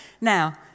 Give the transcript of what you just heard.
now